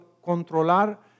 controlar